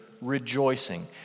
rejoicing